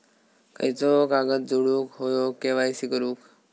खयचो कागद जोडुक होयो के.वाय.सी करूक?